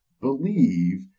believe